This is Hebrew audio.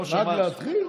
רק להתחיל?